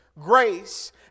grace